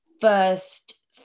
first